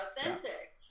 authentic